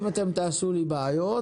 אם תעשו לי בעיות,